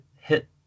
hit